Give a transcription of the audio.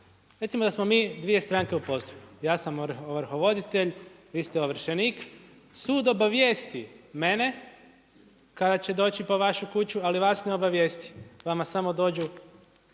Recimo da smo mi dvije stranke u postupku. Ja sam ovrhovoditelj, vi ste ovršenik, sud obavijesti mene kada će doći po vašu kuću, ali vas ne obavijesti, vama samo dođu